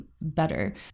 better